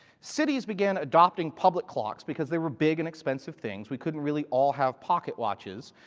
cities began adopting public clocks because they were big and expensive things. we couldn't really all have pocket watches.